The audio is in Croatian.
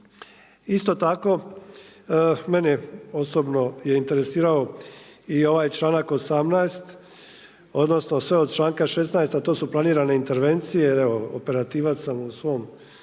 Isto tako, mene osobno je interesirao i ovaj članak 18. odnosno sve od članka 16. a to su planirane intervencije, jer evo operativac sam u svom